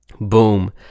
Boom